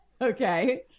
Okay